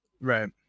Right